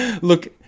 Look